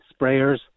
sprayers